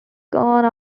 gone